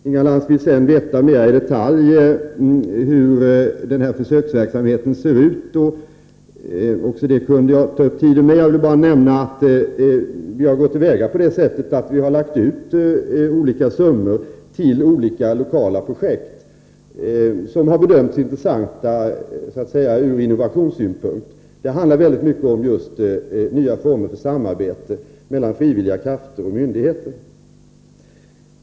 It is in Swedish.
Inga Lantz vill sedan veta mer i detalj hur försöksverksamheten ser ut. Jag kaninte ta upp tiden med att gå in på det, men jag vill nämna att vi har lämnat ut olika summor på olika lokala projekt, som har bedömts som intressanta ur innovationssynpunkt. Det handlar mycket om just nya former för samarbete mellan frivilliga krafter och myndigheter.